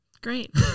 Great